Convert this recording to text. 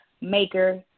maker